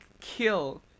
kill